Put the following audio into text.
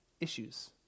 issues